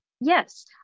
yes